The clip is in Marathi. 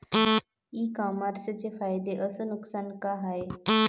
इ कामर्सचे फायदे अस नुकसान का हाये